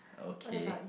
okay